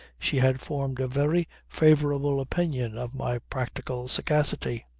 she had formed a very favourable opinion of my practical sagacity.